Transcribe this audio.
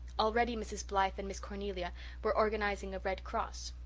already mrs. blythe and miss cornelia were organizing a red cross.